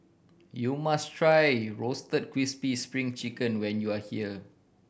you must try Roasted Crispy Spring Chicken when you are here